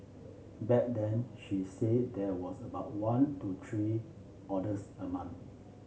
back then she said there was about one to three orders a month